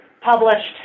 published